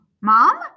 Mom